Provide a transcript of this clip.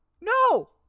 No